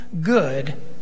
good